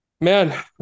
Man